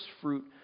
fruit